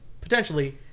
potentially